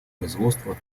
производство